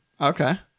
Okay